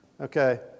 okay